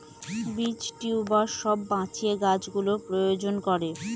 বীজ, টিউবার সব বাঁচিয়ে গাছ গুলোর প্রজনন করে